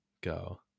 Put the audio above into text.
go